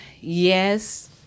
Yes